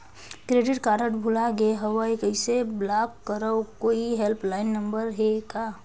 Credit card भुला गे हववं कइसे ब्लाक करव? कोई हेल्पलाइन नंबर हे का?